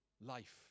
life